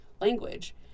language